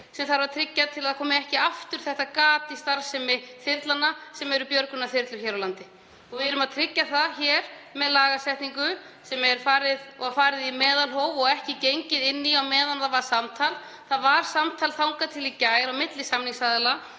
það þarf að tryggja að ekki komi til aftur þetta gat í starfsemi þyrlnanna sem eru björgunarþyrlur hér á landi. Við erum að tryggja það hér með lagasetningu þar sem gætt var meðalhófs og ekki gripið inn í á meðan það var samtal. Það var samtal þangað til í gær á milli samningsaðila